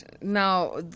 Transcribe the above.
now